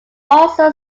also